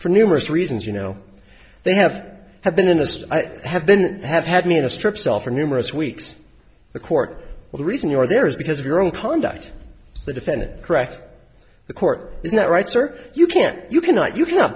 for numerous reasons you know they have have been in this have been have had me in a strip cell for numerous weeks the court well the reason you are there is because of your own conduct the defendant correct the court is not right sir you can't you cannot you cannot